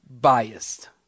Biased